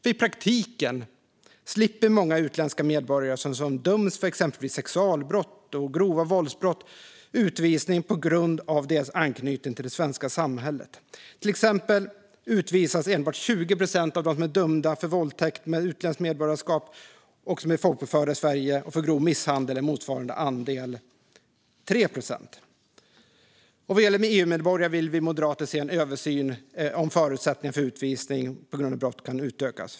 I praktiken slipper många utländska medborgare som döms för exempelvis sexualbrott och grova våldsbrott utvisning på grund av sin anknytning till det svenska samhället. Till exempel utvisas enbart 20 procent av dem som är dömda för våldtäkt med utländskt medborgarskap och som är folkbokförda i Sverige. För grov misshandel är motsvarande andel 3 procent. Vad gäller EU-medborgare vill vi moderater se en översyn av om förutsättningarna för utvisning på grund av brott kan utökas.